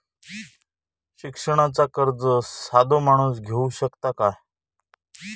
शिक्षणाचा कर्ज साधो माणूस घेऊ शकता काय?